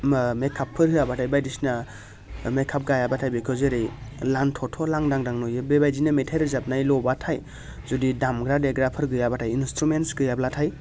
ओ मेकआपफोर होयाब्लाथाय बायदिसिना मेकआप गायाब्लाथाय बेखौ जेरै लानथ'थ' लांदांदां नुयो बेबायदिनो मेथाइ रोजाबनायलब्लाथाय जुदि दामग्रा देग्राफोर गैयाब्लाथाय इन्सट्रुमेन्ट्स गैयाब्लाथाय